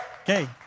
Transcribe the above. Okay